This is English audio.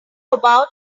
about